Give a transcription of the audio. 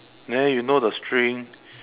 there you know the string